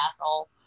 asshole